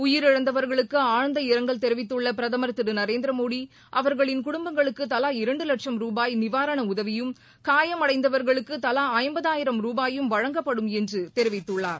உயிரிழந்தவர்களுக்கு ஆழ்ந்த இரங்கல் தெரிவித்துள்ள பிரதமர் திரு நரேந்திர மோடி அவர்களின் குடும்பங்களுக்கு தலா இரண்டு லட்சம் ரூபாய் நிவாரண உதவியும் காயமடைந்தவர்களுக்கு தலா ஐம்பதாயிரம் ரூபாயும் வழங்கப்படும் என்ற தெரிவித்துள்ளார்